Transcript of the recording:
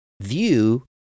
view